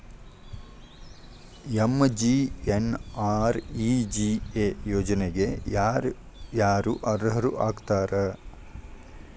MGNREGA ಯೋಜನೆಗೆ ಯಾರ ಯಾರು ಅರ್ಹರು ಆಗ್ತಾರ?